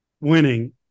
winning